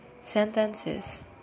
Sentences